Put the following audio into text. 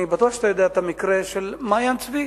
אני בטוח שאתה יודע את המקרה של מעיין-צבי,